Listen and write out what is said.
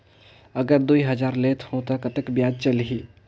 अगर दुई हजार लेत हो ता कतेक ब्याज चलही?